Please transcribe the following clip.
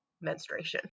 menstruation